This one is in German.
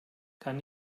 kann